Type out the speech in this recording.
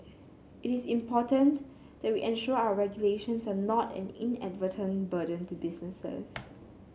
it is important that we ensure our regulations are not an inadvertent burden to businesses